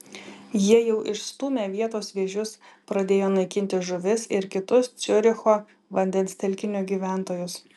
jie jau išstūmė vietos vėžius pradėjo naikinti žuvis ir kitus ciuricho vandens telkinio gyventojus